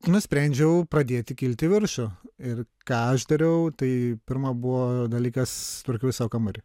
nusprendžiau pradėti kilt į viršų ir ką aš dariau tai pirma buvo dalykas tvarkiau savo kambarį